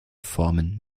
formen